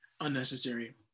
unnecessary